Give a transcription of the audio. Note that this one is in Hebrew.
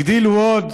הגדילו עוד